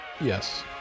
Yes